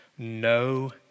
No